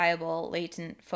latent